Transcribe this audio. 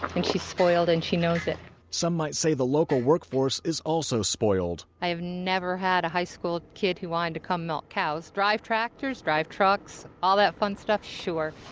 and she's spoiled and she knows it some might say the local workforce is also spoiled. i have never had a high-school kid who wanted to come milk cows, drive tractors, drive trucks. all that fun stuff? sure